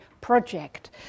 project